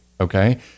Okay